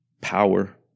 power